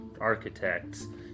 architects